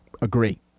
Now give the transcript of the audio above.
agree